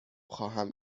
خواهم